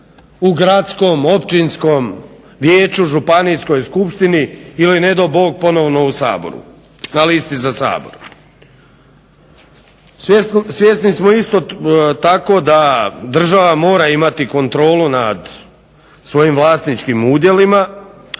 u gradskom, općinskom vijeću, županijskoj skupštini ili nedo Bog ponovno u Saboru na listi za Sabor. Svjesni smo isto tako da država mora imati kontrolu nad svojim vlasničkim udjelima,